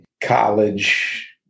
college